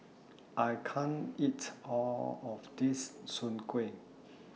I can't eat All of This Soon Kueh